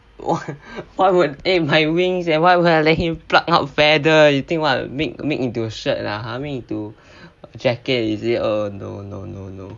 why would aim my wings and why would I let him pluck out feather you think what make make into a shirt ah or make it into jacket is it orh no no no no